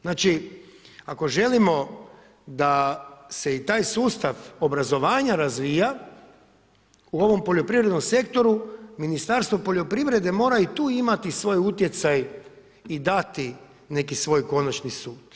Znači ako želimo da se i taj sustav obrazovanja razvija u ovom poljoprivrednom sektoru Ministarstvo poljoprivrede mora i tu imati svoje utjecaj i dati neki svoj konačni sud.